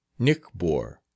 Nickbor